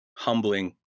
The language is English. humbling